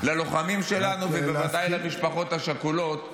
-- ללוחמים שלנו ובוודאי למשפחות השכולות.